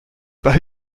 pas